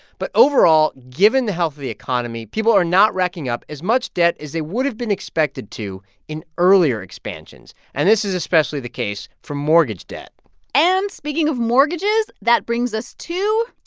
but overall, given the health of the economy, people are not racking up as much debt as they would've been expected to in earlier expansions. and this is especially the case for mortgage debt and, speaking of mortgages, that brings us to.